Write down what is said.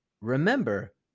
Remember